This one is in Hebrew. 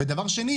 ודבר שני,